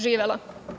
Živela.